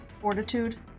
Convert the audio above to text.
Fortitude